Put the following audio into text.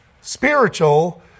spiritual